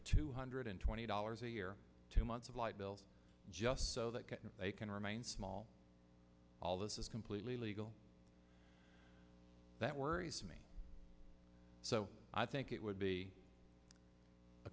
two hundred twenty dollars a year two months of light bills just so that they can remain small all this is completely legal that worries me so i think it would be a